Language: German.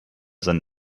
seine